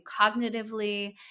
cognitively